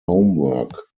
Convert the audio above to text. homework